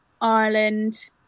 Ireland